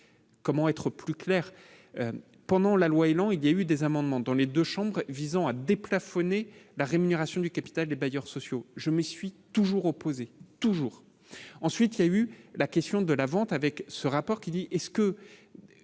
comment être plus clair pendant la loi élan il y a eu des amendements dans les 2 chambres visant à déplafonner la rémunération du capital des bailleurs sociaux, je me suis toujours opposé toujours, ensuite il y a eu la question de la vente avec ce rapport qui dit est-ce que